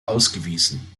ausgewiesen